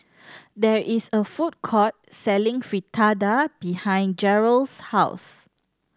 there is a food court selling Fritada behind Gearld's house